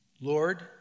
Lord